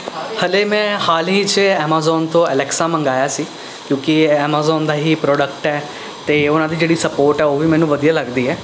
ਹਲੇ ਮੈਂ ਹਾਲ ਹੀ 'ਚ ਐਮਾਜ਼ਾਨ ਤੋਂ ਅਲੈਕਸਾ ਮੰਗਵਾਇਆ ਸੀ ਕਿਉਂਕਿ ਇਹ ਐਮਾਜ਼ਾਨ ਦਾ ਹੀ ਪ੍ਰੋਡਕਟ ਹੈ ਅਤੇ ਉਹਨਾਂ ਦੀ ਜਿਹੜੀ ਸਪੋਰਟ ਹੈ ਉਹ ਵੀ ਮੈਨੂੰ ਵਧੀਆ ਲੱਗਦੀ ਹੈੈ